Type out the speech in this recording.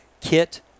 kit